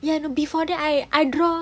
ya no before that I I draw